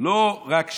לא רק שאין,